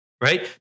right